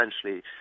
essentially